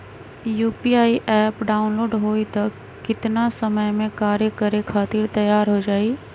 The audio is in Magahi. यू.पी.आई एप्प डाउनलोड होई त कितना समय मे कार्य करे खातीर तैयार हो जाई?